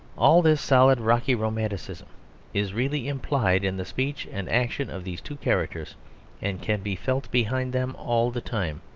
all this solid rocky romanticism is really implied in the speech and action of these two characters and can be felt behind them all the time.